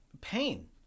pain